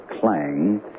clang